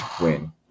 win